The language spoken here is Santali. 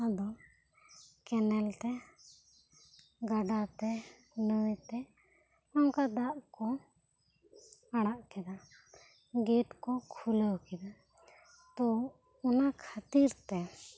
ᱟᱫᱚ ᱠᱮᱱᱮᱞ ᱛᱮ ᱜᱟᱰᱟ ᱛᱮ ᱱᱟᱹᱭ ᱛᱮ ᱚᱱᱠᱟ ᱫᱟᱜ ᱠᱚ ᱟᱲᱟᱜ ᱠᱮᱫᱟ ᱜᱮᱴ ᱠᱚ ᱠᱷᱩᱞᱟᱹᱣ ᱠᱮᱫᱟ ᱛᱳ ᱚᱱᱟ ᱠᱷᱟᱹᱛᱤᱨ ᱛᱮ